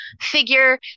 figure